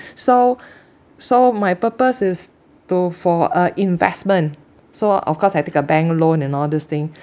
so so my purpose is to for a investment so of course I take a bank loan and all this thing